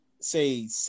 say